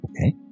Okay